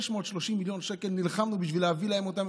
630 מיליון שקל, נלחמנו בשביל להביא להם אותם.